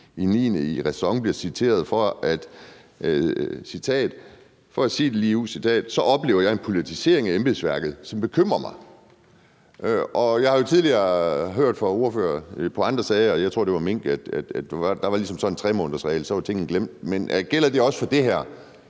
i RÆSON bliver citeret for at sige: »For at sige det ligeud, så oplever jeg en politisering af embedsværket, som bekymrer mig.« Jeg har jo tidligere hørt fra ordførere på andre sager – jeg tror, det var mink – at der ligesom var sådan en 3-månedersregel, og så var tingene glemt. Men gælder det også for det her?